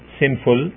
sinful